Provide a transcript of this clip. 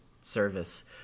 service